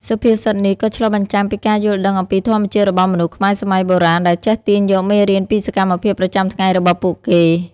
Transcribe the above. សុភាសិតនេះក៏ឆ្លុះបញ្ចាំងពីការយល់ដឹងអំពីធម្មជាតិរបស់មនុស្សខ្មែរសម័យបុរាណ ដែលចេះទាញយកមេរៀនពីសកម្មភាពប្រចាំថ្ងៃរបស់ពួកគេ។